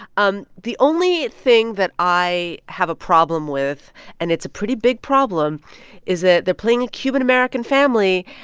um the only thing that i have a problem with and it's a pretty big problem is that they're playing a cuban-american family,